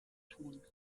ton